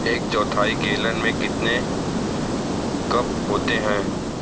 एक चौथाई गैलन में कितने कप होते हैं